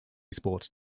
sports